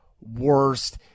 worst